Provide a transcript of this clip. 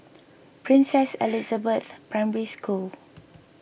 Princess Elizabeth Primary School